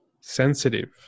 sensitive